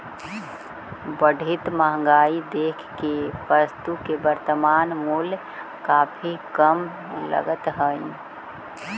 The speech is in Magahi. बढ़ित महंगाई देख के वस्तु के वर्तनमान मूल्य काफी कम लगतइ